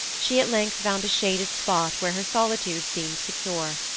she at length found a shaded spot where her solitude seemed secure.